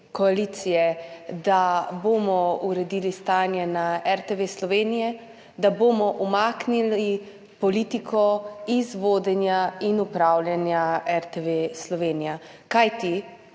koalicije, da bomo uredili stanje na RTV Slovenija, da bomo umaknili politiko iz vodenja in upravljanja RTV Slovenija. Kajti,